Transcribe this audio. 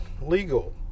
Legal